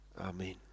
Amen